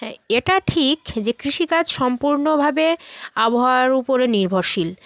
হ্যাঁ এটা ঠিক যে কৃষিকাজ সম্পূর্ণভাবে আবহাওয়ার উপরে নির্ভরশীল